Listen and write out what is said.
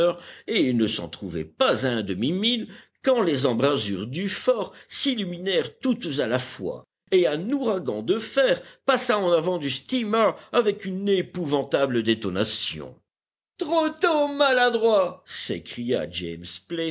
et il ne s'en trouvait pas à un demi-mille quand les embrasures du fort s'illuminèrent toutes à la fois et un ouragan de fer passa en avant du steamer avec une épouvantable détonation trop tôt maladroits s'écria james